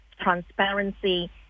transparency